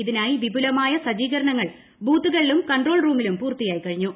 ഇതിനായി വിപുലമായ സജ്ജീകരണങ്ങൾ ബൂത്തുകളിലും കൺട്രോൾ റൂമിലും പൂർത്തിയായിക്കഴിഞ്ഞു